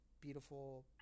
beautiful